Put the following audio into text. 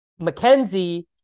McKenzie